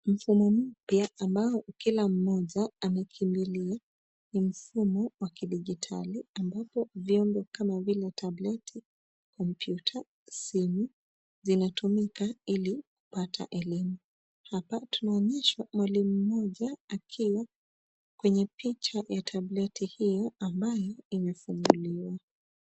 Mfumo mpya ambao kila mmoja anakimbilia ni mfumo wa kidijitali ambapo vyombo kama vile tableti, kompyuta, simu, zinatumika ili kupata elimu. Hapa tunaonyeshwa mwalimu mmoja akiwa kwenye picha ya tableti hiyo ambayo imefunguliwa.